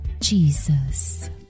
Jesus